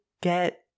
get